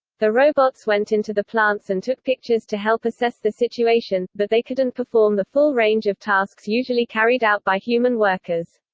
the robots went into the plants and took pictures to help assess the situation, but they couldn't perform the full range of tasks usually carried out by human workers.